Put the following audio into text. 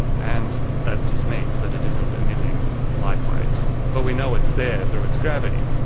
and that just means that it isn't emitting light waves. but we know it's there through its gravity.